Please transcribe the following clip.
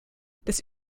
das